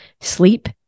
sleep